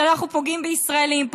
שאנחנו פוגעים בישראלים,